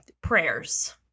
prayers